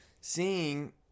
seeing